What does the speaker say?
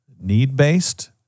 need-based